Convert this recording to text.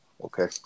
Okay